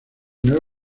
nueve